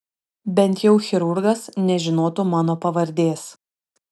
bent jau chirurgas nežinotų mano pavardės